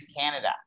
Canada